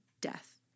death